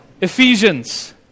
Ephesians